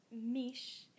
Mish